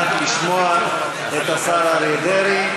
כדי שנשמע את אותו השר אריה דרעי,